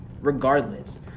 regardless